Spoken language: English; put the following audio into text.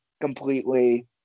completely